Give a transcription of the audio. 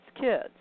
kids